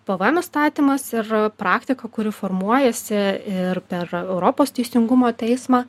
pvm įstatymas ir praktika kuri formuojasi ir per europos teisingumo teismą